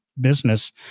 business